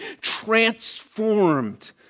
transformed